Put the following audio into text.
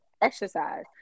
exercise